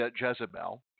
Jezebel